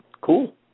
Cool